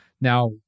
Now